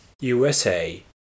USA